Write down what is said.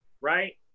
right